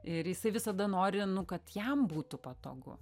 ir jisai visada nori nu kad jam būtų patogu